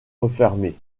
refermée